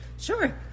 Sure